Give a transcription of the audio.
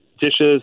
dishes